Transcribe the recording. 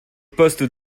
poste